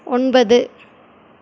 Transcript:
ஒன்பது